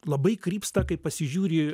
labai krypsta kai pasižiūri